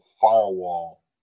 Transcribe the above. firewall